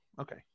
Okay